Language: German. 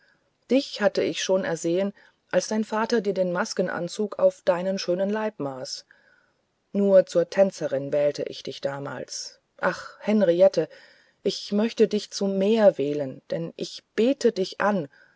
dich hatte ich schon ersehen als dein vater dir den maskenanzug auf deinem schönen leibe maß nur zur tänzerin wählte ich dich damals ach henriette ich möchte dich zu mehr wählen denn ich bete dich an